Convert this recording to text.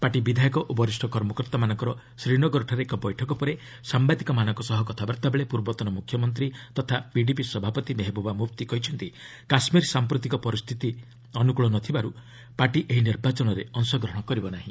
party ବିଧାୟକ ଓ ବରିଷ୍ଠ କର୍ମକର୍ତ୍ତାମାନଙ୍କର ଶ୍ରୀନଗରଠାରେ ଏକ ବୈଠକ ପରେ ସାମ୍ବାଦିକମାନଙ୍କ ସହ କଥାବାର୍ତ୍ତା ବେଳେ ପୂର୍ବତନ ମୁଖ୍ୟମନ୍ତ୍ରୀ ତଥା ପିଡିପି ସଭାପତି ମେହେବୁବା ମୁଫ୍ତି କହିଛନ୍ତି କାଶ୍ମୀର ସାମ୍ପ୍ରତିକ ପରିସ୍ଥିତି ଅନୁକୁଳ ନଥିବାରୁ ପାର୍ଟି ଏହି ନିର୍ବାଚନରେ ଅଂଶଗ୍ରହଣ କରିବ ନାହିଁ